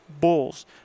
bulls